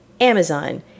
Amazon